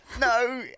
No